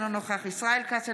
אינו נוכח ישראל כץ,